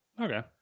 Okay